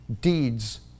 deeds